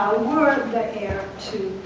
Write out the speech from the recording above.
were the heir to